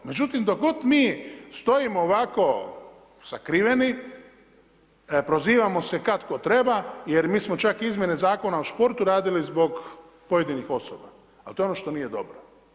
Međutim, dok god mi stojimo ovako sakriveni, prozivamo se kad tko treba, jer mi smo čak izmjene Zakona o športu radili zbog pojedinih osoba, al' to je ono što nije dobro.